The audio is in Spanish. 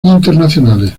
internacionales